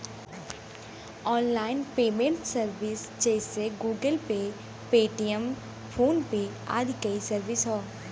online payment service जइसे Google Pay, Paytm, PhonePe आदि कई सर्विस हौ